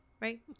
right